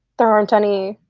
there aren't any